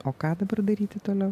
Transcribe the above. o ką dabar daryti toliau